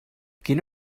quina